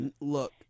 look